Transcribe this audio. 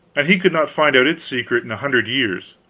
and he could not find out its secret in a hundred years.